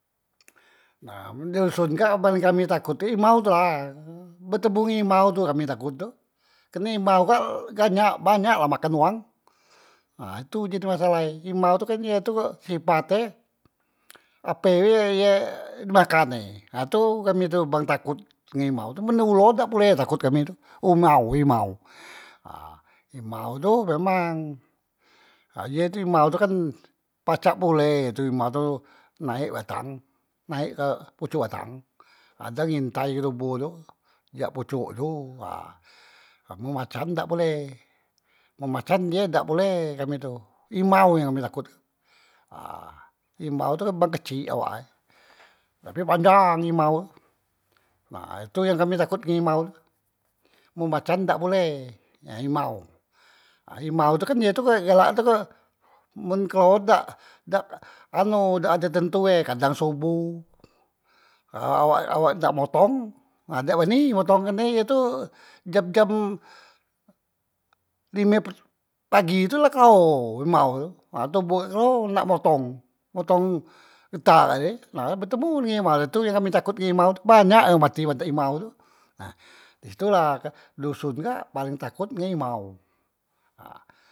Nah men di duson kak raban kami takuti himau tula betemu himau tu yang kami takut tu kene himau kak ganyak banyak la makan wang nah itu jadi masalahe himau tu kan ye tu sipate ape be ye dimakan e ha tu kami tu bang takut ngan himau men ulo dak pule takut kami tu umau himau nah himau tu memang ha ye tu himau tu kan pacak pule ye tu himau tu naek batang naek ke pocok batang, kadang ngintai tobo tu yak pocok tu, ha amen macan dak pule men macan ye dak pule kami tu himau yang kami takut tu ha himau tu bang kecik awak e, tapi panjang himau tu nah itu yang kami takut ngan himau tu mun macan dak pule nah himau nah himau tu kan ye tu kan galak tu ke e men kleho dak dak anu dak ade tentue kadang soboh, na awa awak nak motong, nah dak bani motong kerne ye tu jam jam lime pa pagi tu la kleho himau tu nah tobo kak la kleho nak motong motong getah kak tadi nah betemu dengan himau nah he tu yang kami takut dengan himau tu banyak yang mati matak himau tu, nah disitulah doson kak paling takut ngan himau.